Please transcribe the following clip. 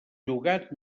llogat